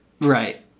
Right